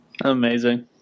Amazing